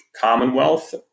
Commonwealth